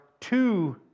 two